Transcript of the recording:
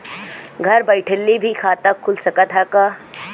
घरे बइठले भी खाता खुल सकत ह का?